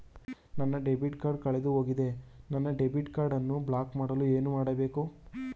ನನ್ನ debit card ಕಳೆದುಹೋಗಿದೆ ನನ್ನ ಡೆಬಿಟ್ ಕಾರ್ಡ್ ಅನ್ನು ಬ್ಲಾಕ್ ಮಾಡಲು ಏನು ಮಾಡಬೇಕು?